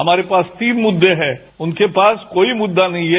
हमारे पास तीन मुद्दे है उनके पास कोई मुद्दा नहीं है